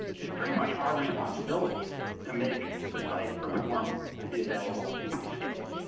it's pretty much our responsibility to make the site perform to be available and to be scalable.